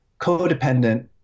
codependent